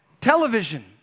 television